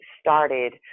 started